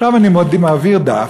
עכשיו אני מעביר דף,